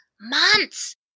months